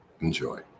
Enjoy